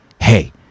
Hey